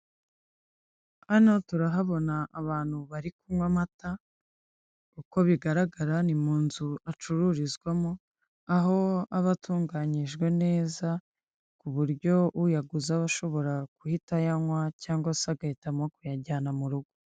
Hano turahabona abantu bari kunywa amata uko bigaragara ni mu nzu acururizwamo, aho aba atunganyijwe neza ku buryo uyaguze aba ashobora guhita ayanywa cyangwa se agahitamo kuyajyana mu rugo.